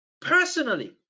Personally